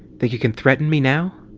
think you can threaten me now?